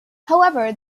however